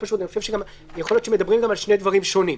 יכול להיות שמדברים גם על שני דברים שונים.